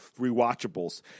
Rewatchables